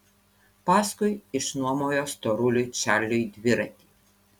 paskui išnuomojo storuliui čarliui dviratį